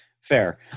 Fair